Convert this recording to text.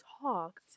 talked